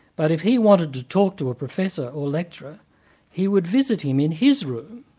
but if he wanted to talk to a professor or lecturer he would visit him in his room.